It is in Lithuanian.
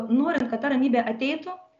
norint kad ta ramybė ateitų